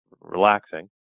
relaxing